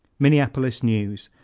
minneapolis news,